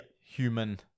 human